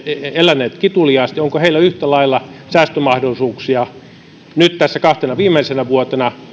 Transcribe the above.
eläneet kituliaasti yhtä lailla säästömahdollisuuksia tässä kahtena viimeisenä vuotena